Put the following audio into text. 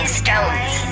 stones